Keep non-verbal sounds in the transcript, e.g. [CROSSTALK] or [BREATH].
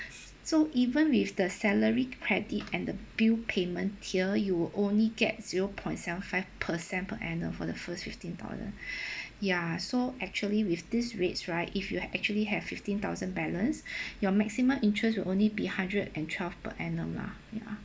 so even with the salary credit and the bill payment here you only get zero point seven five percent per annum for the first fifteen dollar [BREATH] ya so actually with this rates right if you ha~ actually have fifteen thousand balance [BREATH] your maximum interest will only be hundred and twelve per annum lah ya